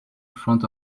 front